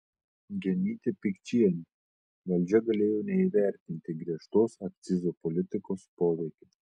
genytė pikčienė valdžia galėjo neįvertinti griežtos akcizų politikos poveikio